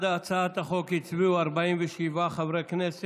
חברי